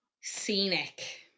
scenic